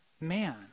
man